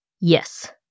Yes